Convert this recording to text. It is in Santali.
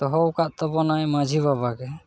ᱫᱚᱦᱚ ᱟᱠᱟᱫ ᱛᱟᱵᱚᱱᱟᱭ ᱢᱟᱹᱡᱷᱤ ᱵᱟᱵᱟ ᱜᱮ